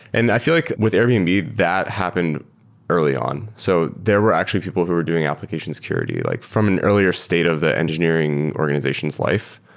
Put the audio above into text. and i feel like with airbnb, that happened early on. so there were actually people who were doing application security, like from an earlier state of the engineering organization's life.